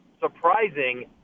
surprising